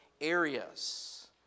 areas